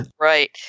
Right